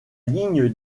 ligne